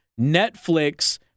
Netflix